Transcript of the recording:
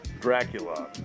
Dracula